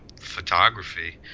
photography